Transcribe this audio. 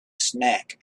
snack